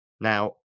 Now